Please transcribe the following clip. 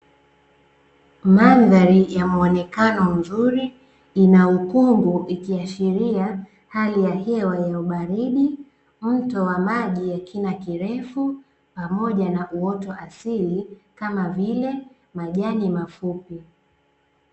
Mandhari ya muonekano mzuri, ina ukungu ikiashiria hali ya hewa ya ubaridi, mto wa maji ya kina kirefu pamoja na uoto asili kama vile majani mafupi.